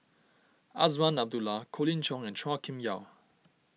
Azman Abdullah Colin Cheong and Chua Kim Yeow